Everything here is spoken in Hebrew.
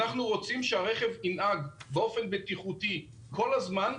אנחנו רוצים שהרכב ינהג באופן בטיחותי כל הזמן,